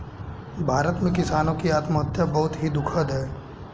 भारत में किसानों की आत्महत्या बहुत ही दुखद है